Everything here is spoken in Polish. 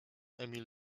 emil